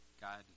God